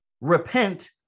repent